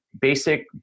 basic